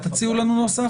תציעו לנו נוסח.